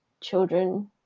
children